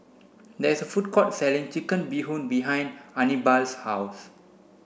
there is a food court selling chicken bee hoon behind Anibal's house